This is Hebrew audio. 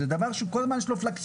זה דבר שכל הזמן יש לו פלקסואציה.